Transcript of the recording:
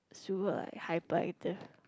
super like hyperactive